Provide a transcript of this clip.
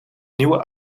nieuwe